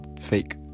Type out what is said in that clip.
fake